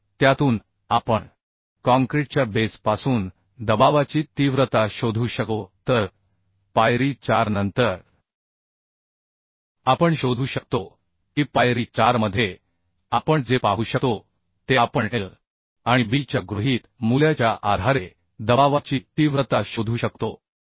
तर त्यातून आपण काँक्रीटच्या बेस पासून दबावाची तीव्रता शोधू शकतो तर पायरी 4 नंतर आपण शोधू शकतो की पायरी 4 मध्ये आपण जे पाहू शकतो ते आपण L आणि B च्या गृहीत मूल्याच्या आधारे दबावाची तीव्रता शोधू शकतो